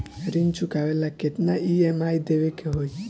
ऋण चुकावेला केतना ई.एम.आई देवेके होई?